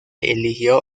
eligió